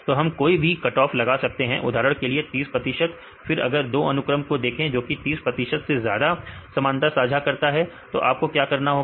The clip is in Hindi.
तो हम कोई भी कटऑफ लगा सकते हैं उदाहरण के लिए 30 प्रतिशत फिर अगर आप 2 अनुक्रम को देखें जोकि 30 प्रतिशत से ज्यादा की समानता साझा करते हैं तो आपको क्या करना होगा